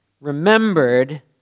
remembered